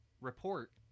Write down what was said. report